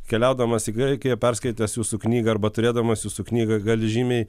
keliaudamas į graikiją perskaitęs jūsų knygą arba turėdamas jūsų knygą gali žymiai